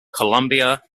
colombia